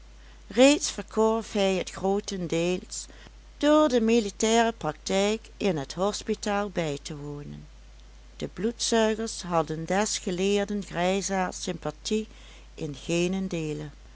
reeds verkorf hij het grootendeels door de militaire praktijk in het hospitaal bij te wonen de bloedzuigers hadden des geleerden grijsaards sympathie in geenen deele